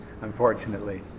unfortunately